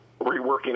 reworking